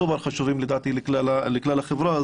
סופר חשובים לכלל החברה,